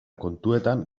kontuetan